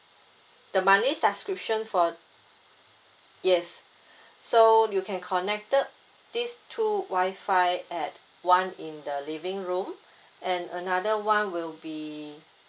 the monthly subscription for yes so you can connected these two wi-fi at one in the living room and another one will be